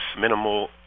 minimal